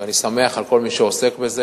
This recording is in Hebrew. ואני שמח על כל מי שעוסק בזה.